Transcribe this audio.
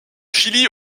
chili